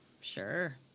sure